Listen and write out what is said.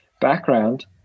background